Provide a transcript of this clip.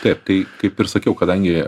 taip tai kaip ir sakiau kadangi